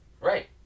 Right